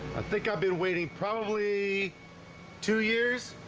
i think i've been waiting probably two years